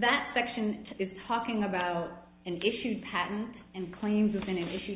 that section is talking about and issued patent and claims is an issue